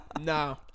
No